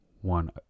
one